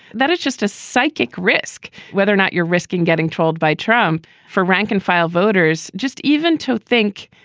that is just a psychic risk. whether or not you're risking getting trolled by trump for rank and file voters, just even to think,